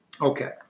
Okay